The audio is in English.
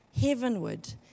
heavenward